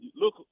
look